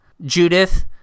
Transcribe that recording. judith